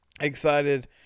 excited